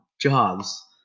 jobs